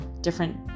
different